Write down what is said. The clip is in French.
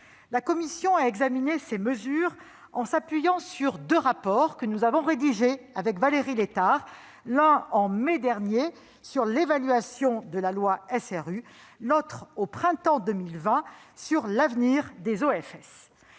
commission a examiné ces dispositions en s'appuyant sur deux rapports que nous avons rédigés avec Valérie Létard, l'un en mai dernier, sur l'évaluation de la loi SRU, l'autre au printemps 2020, sur l'avenir des OFS.